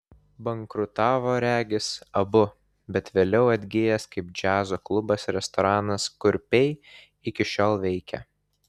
bankrutavo regis abu bet vėliau atgijęs kaip džiazo klubas restoranas kurpiai iki šiol veikia